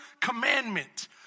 commandment